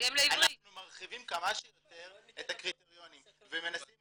אנחנו מרחיבים כמה שיותר את הקריטריונים ומנסים